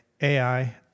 AI